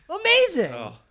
Amazing